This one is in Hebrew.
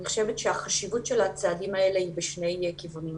אני חושבת שהחשיבות של הצעדים האלה היא בשני כיוונים: